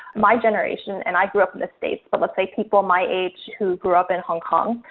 my generation, and i grew up in the states, but let's say people my age who grew up in hong kong,